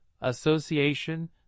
association